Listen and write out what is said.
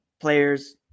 players